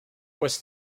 was